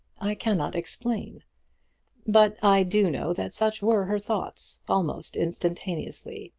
i cannot explain but i do know that such were her thoughts, almost instantaneously,